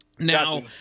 Now